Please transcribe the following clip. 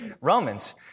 Romans